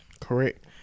Correct